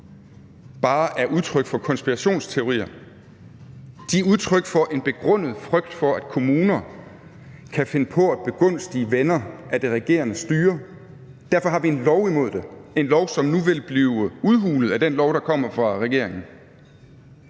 bare er udtryk for konspirationsteorier. Det er udtryk for en begrundet frygt for, at kommuner kan finde på at begunstige venner af det regerende styre. Derfor har vi en lov imod det – en lov, som nu vil blive udhulet af den lov, der kommer fra regeringen.